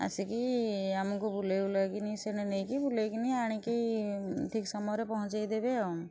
ଆସିକି ଆମୁକୁ ବୁଲେଇ ବୁଲାକି ସେଣେ ନେଇକି ବୁଲେଇକି ଆଣିକି ଠିକ୍ ସମୟରେ ପହଞ୍ଚେଇ ଦେବେ ଆଉ